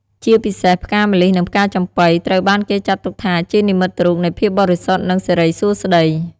ជាពិសេស ផ្កាម្លិះ និងផ្កាចំប៉ី ត្រូវបានគេចាត់ទុកថាជានិមិត្តរូបនៃភាពបរិសុទ្ធ និងសិរីសួស្តី។